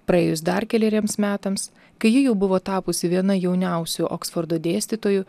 praėjus dar keleriems metams kai ji jau buvo tapusi viena jauniausių oksfordo dėstytojų